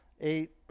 eight